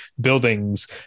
buildings